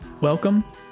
Welcome